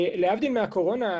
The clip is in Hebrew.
להבדיל מהקורונה,